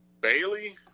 Bailey